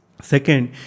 Second